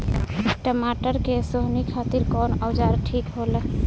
टमाटर के सोहनी खातिर कौन औजार ठीक होला?